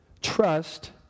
trust